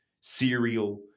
cereal